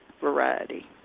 variety